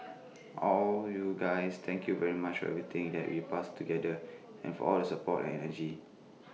all you guys thank you very much everything that we passed together and for all the support and energy